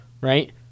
Right